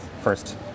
first